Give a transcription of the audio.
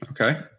Okay